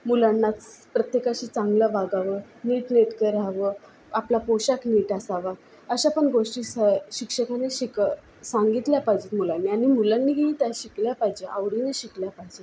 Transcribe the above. मुलांनाच प्रत्येकाशी चांगलं वागावं नीटनेटकं रहावं आपला पोषाख नीट असावा अशा पण गोष्टी सं शिक्षकांनी शिकं सांगितल्या पाहिजेत मुलांना आणि मुलांनीही त्या शिकल्या पाहिजे आवडीनी शिकल्या पाहिजेत